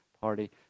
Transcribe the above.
party